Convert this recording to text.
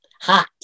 hot